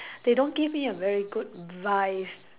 they don't give me a very good vibe